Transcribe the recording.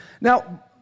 Now